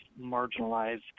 marginalized